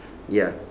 ya